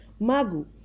Magu